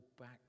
back